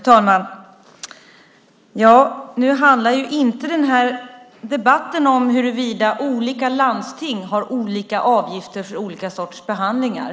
Fru talman! Nu handlar inte den här debatten om huruvida olika landsting har olika avgifter för olika sorters behandlingar.